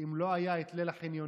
אם לא היה את ליל החניונים,